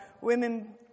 women